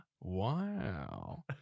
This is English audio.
Wow